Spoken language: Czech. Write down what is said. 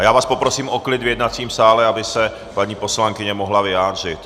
Já vás poprosím o klid v jednacím sále, aby se paní poslankyně mohla vyjádřit.